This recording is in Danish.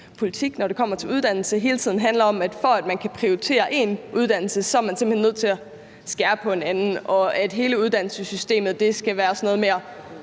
politik, når det kommer til uddannelse, hele tiden handler om, at for at man kan prioritere en uddannelse, er man simpelt hen nødt til at skære på en anden, og at hele uddannelsessystemet skal være sådan noget med